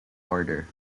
order